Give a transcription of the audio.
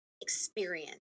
experience